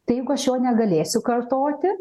tai jeigu aš jo negalėsiu kartoti